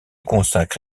consacre